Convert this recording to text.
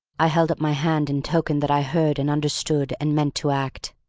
i held up my hand in token that i heard and understood and meant to act.